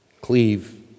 cleave